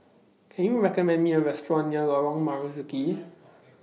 Can YOU recommend Me A Restaurant near Lorong Marzuki